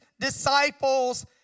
Disciples